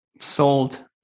Sold